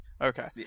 Okay